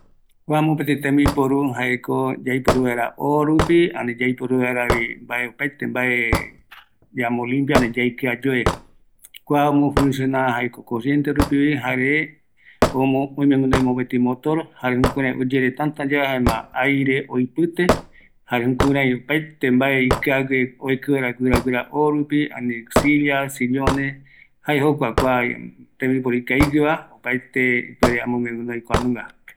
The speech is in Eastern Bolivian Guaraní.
﻿Kua mopeti tembiporu yaiporu vaera oorupi, ani yaiporu vaeravi mbae opaete mbae yamo limpia ani yaikiayoe, kua omo funciona jaeko korriente rupivi, oime guinoi mopeti motor jare juurai oyere tátayae jaema aire oipite, jare jukurai opaete mbae ikiague oeki vaera guira guira oorupi ani sillas, sillones, jae jokua kua tembiporu ikavigueva, opaete ipuere am´guë guinoi kuanunga